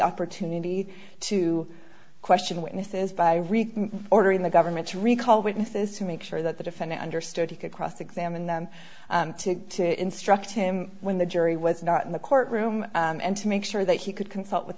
opportunity to question witnesses by reeky ordering the government's recall witnesses to make sure that the defendant understood he could cross examine them to instruct him when the jury was not in the courtroom and to make sure that he could consult with